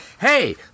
Hey